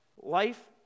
life